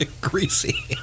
Greasy